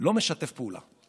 לא משתף פעולה,